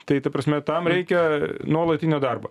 tai ta prasme tam reikia nuolatinio darbo